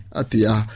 atia